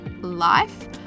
life